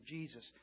Jesus